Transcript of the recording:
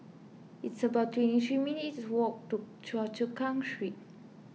it's about twenty three minutes' walk to Choa Chu Kang Street